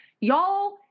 Y'all